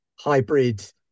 hybrid